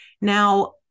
Now